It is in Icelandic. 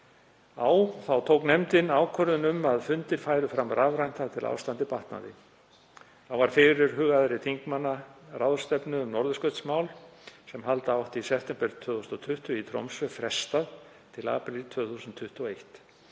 á tók nefndin ákvörðun um að fundir færu fram rafrænt þar til ástandið batnaði. Þá var fyrirhugaðri þingmannaráðstefnu um norðurskautsmál sem halda átti í september 2020 í Tromsö frestað til apríl 2021.